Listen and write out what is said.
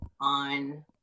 on